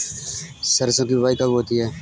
सरसों की बुआई कब होती है?